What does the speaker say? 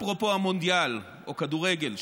אפרופו המונדיאל או כדורגל,